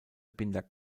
binder